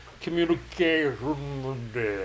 communication